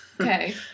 Okay